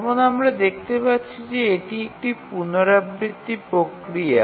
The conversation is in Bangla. যেমন আমরা দেখতে পাচ্ছি যে এটি একটি পুনরাবৃত্তি প্রক্রিয়া